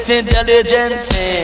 intelligence